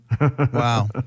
Wow